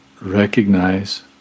recognize